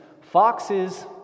foxes